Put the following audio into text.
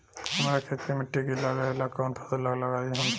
हमरा खेत के मिट्टी गीला रहेला कवन फसल लगाई हम?